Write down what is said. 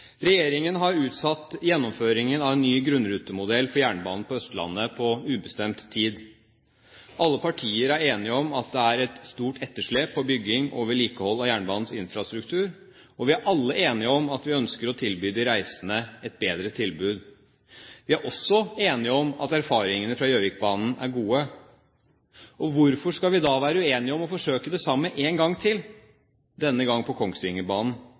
Regjeringen har utsatt gjennomføringen av en ny grunnrutemodell for jernbanen på Østlandet på ubestemt tid. Alle partier er enige om at det er et stort etterslep på bygging og vedlikehold av jernbanens infrastruktur, og vi er alle enige om at vi ønsker å tilby de reisende et bedre tilbud. Vi er også enige om at erfaringene fra Gjøvikbanen er gode. Hvorfor skal vi da være uenige om å forsøke det samme en gang til – denne gangen på Kongsvingerbanen?